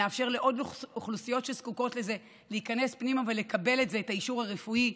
נאפשר לעוד אוכלוסיות שזקוקות לזה להיכנס פנימה ולקבל את האישור הרפואי,